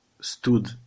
stood